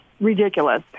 ridiculous